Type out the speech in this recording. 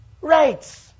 right